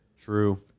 True